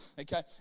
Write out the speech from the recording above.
okay